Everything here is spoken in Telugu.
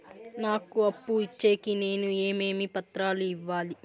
నాకు అప్పు ఇచ్చేకి నేను ఏమేమి పత్రాలు ఇవ్వాలి